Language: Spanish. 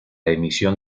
emisión